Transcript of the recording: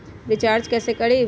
Recharge कैसे करीब?